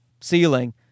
ceiling